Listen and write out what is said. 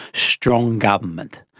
strong government?